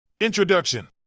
Introduction